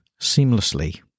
seamlessly